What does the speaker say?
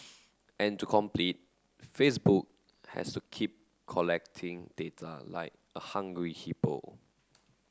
and to compete Facebook has to keep collecting data like a hungry hippo